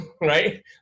right